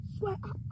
Swear